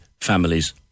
families